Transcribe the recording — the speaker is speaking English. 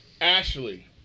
Ashley